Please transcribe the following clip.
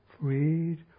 freed